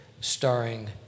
starring